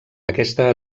aquesta